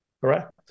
Correct